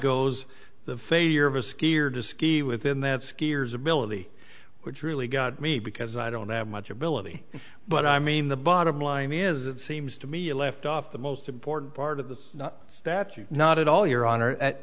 goes the failure of a skier to ski within that skiers ability which really got me because i don't have much ability but i mean the bottom line is it seems to me you left off the most important part of the not that you're not at all your honor at